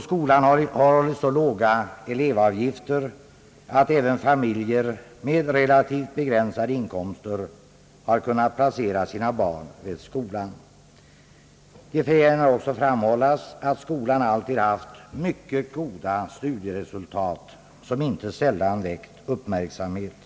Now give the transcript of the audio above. Skolan har hållit så låga elevavgifter, att även familjer med relativt begränsade inkomster har kunnat placera sina barn vid skolan. Det bör även framhållas att skolan alltid haft mycket goda studieresultat, som inte sällan väckt uppmärksamhet.